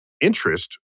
interest